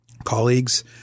colleagues